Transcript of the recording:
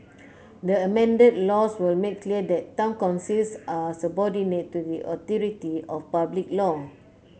the amended laws will make clear that town councils are subordinate to the authority of public law